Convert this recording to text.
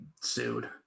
sued